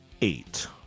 eight